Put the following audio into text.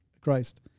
Christ